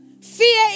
fear